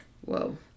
whoa